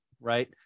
Right